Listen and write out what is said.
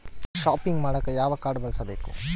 Shopping ಮಾಡಾಕ ಯಾವ card ಬಳಸಬೇಕು?